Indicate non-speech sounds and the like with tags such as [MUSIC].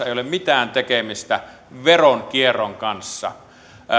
[UNINTELLIGIBLE] ei ole mitään tekemistä veronkierron kanssa